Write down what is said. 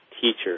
teacher